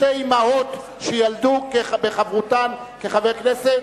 שתי אמהות שילדו בחברותן כחברות כנסת,